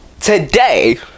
Today